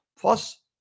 plus